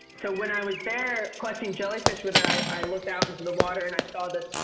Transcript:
so when i was there collecting jellyfish with her, i looked out into the water and i saw this,